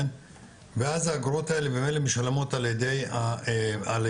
ואז האגרות האלה במילא משולמות על ידי המגיש.